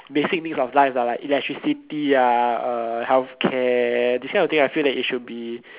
basic needs of life lah like electricity ah uh healthcare this kind of thing I feel that it should be